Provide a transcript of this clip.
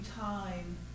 time